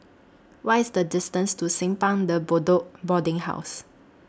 What IS The distance to Simpang De Bedok Boarding House